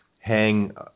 hang